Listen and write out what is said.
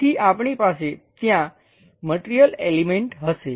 તેથી આપણી પાસે ત્યાં મટિરિયલ એલિમેંટ હશે